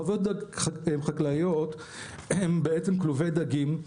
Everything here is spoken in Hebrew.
חוות חקלאיות הן בעצם כלובי דגים,